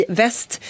väst